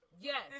Yes